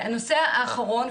הנושא האחרון,